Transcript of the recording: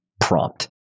prompt